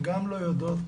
הן גם לא יודעות,